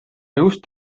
just